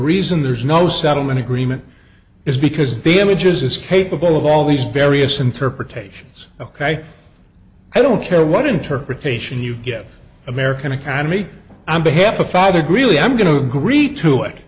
reason there's no settlement agreement is because the images is capable of all these various interpretations ok i don't care what interpretation you give american economy and behalf of father greeley i'm going to agree to it